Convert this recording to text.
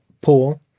Pool